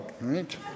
right